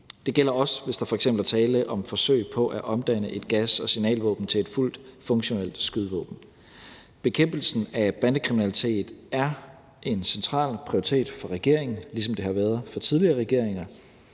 Det gælder også, hvis der f.eks. er tale om forsøg på at omdanne et gas- og signalvåben til et fuldt funktionelt skydevåben. Bekæmpelse af bandekriminalitet er en central prioritet for regeringen, ligesom det har været for tidligere regeringer,